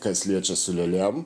kas liečia su lėlėm